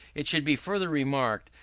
it should be further remarked,